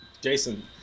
jason